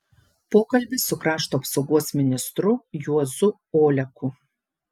pokalbis su krašto apsaugos ministru juozu oleku